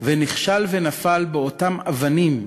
ונכשל ונפל באותן אבנים